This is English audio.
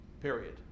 Period